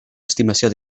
estimació